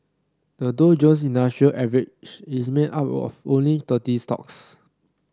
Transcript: the Dow Jones Industrial Average is made up of only thirty stocks